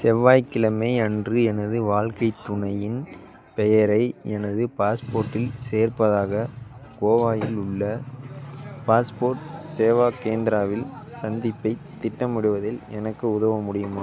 செவ்வாய்க்கிழமை அன்று எனது வாழ்க்கைத் துணையின் பெயரை எனது பாஸ்போர்ட்டில் சேர்ப்பதாக கோவாவில் உள்ள பாஸ்போர்ட் சேவா கேந்திராவில் சந்திப்பைத் திட்டமிடுவதில் எனக்கு உதவ முடியுமா